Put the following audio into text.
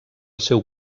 seu